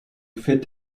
fit